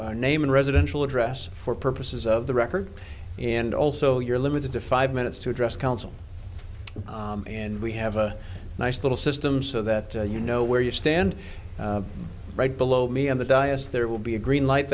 our name and residential address for purposes of the record and also you're limited to five minutes to address council and we have a nice little system so that you know where you stand right below me on the dias there will be a green light